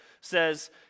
says